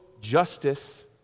justice